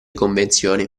convenzioni